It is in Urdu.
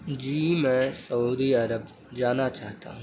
جی میں سعودی عرب جانا چاہتا ہوں